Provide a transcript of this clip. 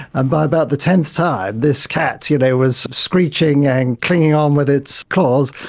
and by about the tenth time this cat you know was screeching and clinging on with its claws,